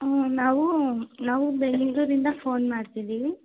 ಹಾಂ ನಾವು ನಾವು ಬೆಂಗಳೂರಿಂದ ಫೋನ್ ಮಾಡ್ತಿದೀವಿ